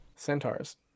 Centaurs